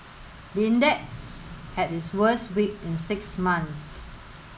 the index had its worst week in six months